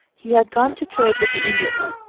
he had gone to trade with the indians.